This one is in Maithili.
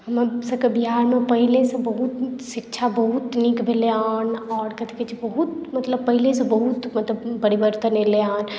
हमरसभके बिहारमे पहिनेसँ बहुत शिक्षा बहुत नीक भेलै हेँ आओर कथी कहैत छै बहुत मतलब पहिनेसँ बहुत मतलब परिवर्तन एलै हेँ